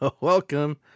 Welcome